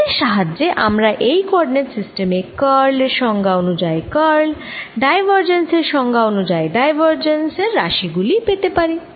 এদের সাহায্যে আমরা এই কোঅরডিনেট সিস্টেম এ কার্ল এর সংজ্ঞা অনুযায়ী কার্ল ডাইভারজেন্স এর সংজ্ঞা অনুযায়ী ডাইভারজেন্স এর রাশি গুলি পেতে পারি